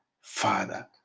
Father